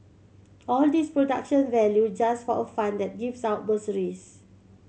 all this production value just for a fund that gives out bursaries